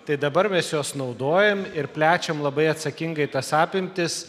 tai dabar mes juos naudojam ir plečiam labai atsakingai tas apimtis